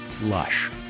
lush